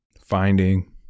finding